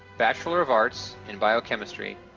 bachelor of arts in biochemistry.